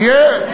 אין פיקוח.